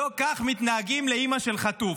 לא כך מתנהגים לאימא של חטוף?